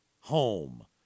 home